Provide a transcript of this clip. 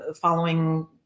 following